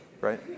Right